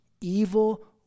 evil